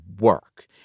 work